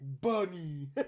bunny